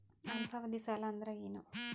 ಅಲ್ಪಾವಧಿ ಸಾಲ ಅಂದ್ರ ಏನು?